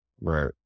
Right